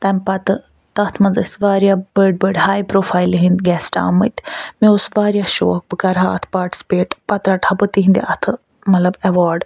تَمہِ پتہٕ تَتھ منٛز ٲسۍ واریاہ بٔڑۍ بٔڑۍ ہاے پرٛوفایلہِ ہنٛدۍ گیٚسٹہٕ آمٕتۍ مےٚ اوس واریاہ شوق بہٕ کَرٕہا اَتھ پارٹِسِپیٹ پَتہٕ رَٹہٕ ہا بہٕ تہنٛدِ اَتھہٕ مطلب ایٚوارڈ